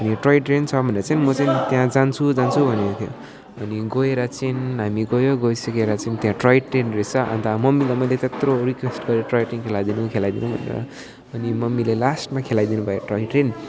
अनि toy train छ भनेर चाहिँ म चाहिँ त्यहाँ जान्छु जान्छु भनेको थियो अनि गएर चाहिँ हामी गयो गइसकेर चाहिँ त्यहाँ टोय ट्रेन रहेछ अनि त मम्मीलाई मैले त्यत्रो रिक्वेस्ट गरेँ टोय ट्रेनको खेलाइदिनु खेलाइदिनु भनेर अनि मम्मीले लास्टमा खेलाइदिनुभयो टोय ट्रेन